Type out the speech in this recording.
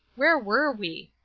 where were we?